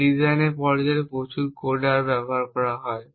এবং এই ডিজাইনের পর্যায়ে প্রচুর কোডার ব্যবহার করা হয়